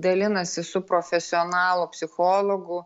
dalinasi su profesionalu psichologu